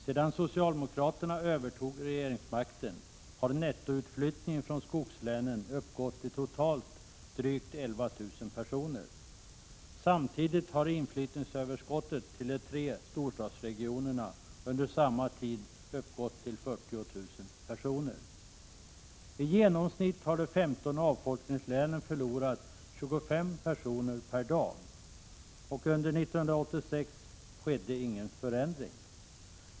Sedan socialdemokraterna övertog regeringsmakten har nettoutflyttningen från skogslänen uppgått till totalt drygt 11 000 personer. Under samma tid har inflyttningsöverskottet till de tre storstadsregionerna uppgått till 40 000 personer. I genomsnitt har de 15 avfolkningslänen förlorat 25 personer per dag. Under 1986 skedde ingen förändring.